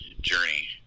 journey